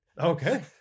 Okay